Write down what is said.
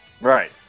Right